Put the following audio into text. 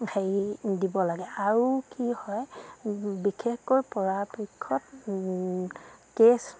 হেৰি দিব লাগে আৰু কি হয় বিশেষকৈ পৰাপক্ষত